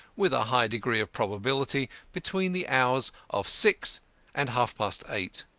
with a high degree of probability, between the hours of six and half-past eight.